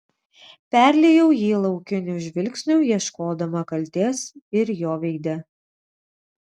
perliejau jį laukiniu žvilgsniu ieškodama kaltės ir jo veide